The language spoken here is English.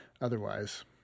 otherwise